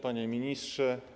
Panie Ministrze!